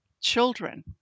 children